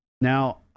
Now